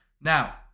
Now